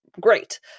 great